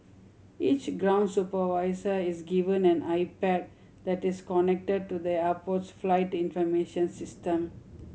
each ground supervisor is given an iPad that is connected to the airport's flight information system